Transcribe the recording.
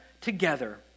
Together